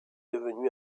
devenu